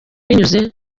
binyuze